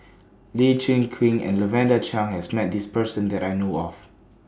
Lee Chin Koon and Lavender Chang has Met This Person that I know of